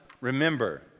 remember